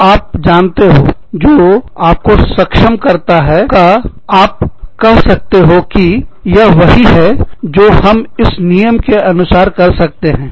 तोआप जानते हो जो आपको सक्षम करता है आपका कह सकते हो कि यह वही है जो हम इस नियम के अनुसार कर सकते हैं